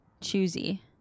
choosy